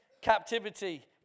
captivity